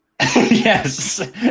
Yes